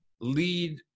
lead